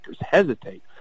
hesitate